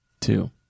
two